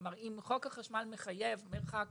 כלומר, אם חוק החשמל מחייב מרחק